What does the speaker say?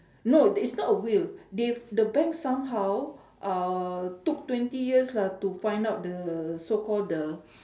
no it's not a will they f~ the bank somehow uh took twenty years lah to find out the so-called the